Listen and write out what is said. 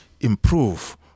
improve